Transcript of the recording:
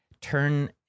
turn